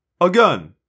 Again